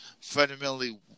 fundamentally